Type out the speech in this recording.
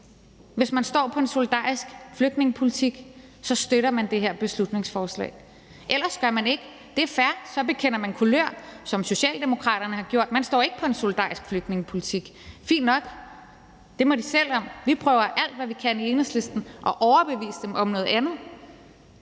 Hvis man står på en solidarisk flygtningepolitik, støtter man det her beslutningsforslag. Ellers gør man ikke, og det er fair; så bekender man kulør, som Socialdemokraterne har gjort det. Så står man ikke på en solidarisk flygtningepolitik. Det er fint nok, det må de selv om. Vi prøver alt, hvad vi kan i Enhedslisten, for at overbevise dem om noget andet,